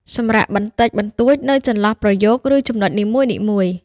សម្រាកបន្តិចបន្តួចនៅចន្លោះប្រយោគ ឬចំណុចនីមួយៗ។